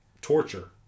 Torture